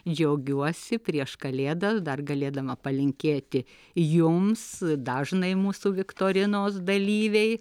džiaugiuosi prieš kalėdas dar galėdama palinkėti jums dažnai mūsų viktorinos dalyvei